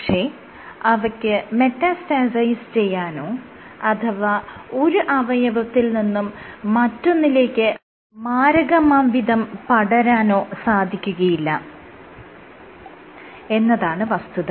പക്ഷെ അവയ്ക്ക് മെറ്റാസ്റ്റാസൈസ് ചെയ്യാനോ അഥവാ ഒരു അവയവത്തിൽ നിന്നു മറ്റൊന്നിലേക്ക് മാരകമാംവിധം പടരാനോ സാധിക്കുകയില്ല എന്നതാണ് വസ്തുത